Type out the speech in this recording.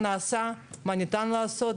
מה ניתן לעשות?